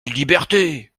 liberté